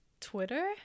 twitter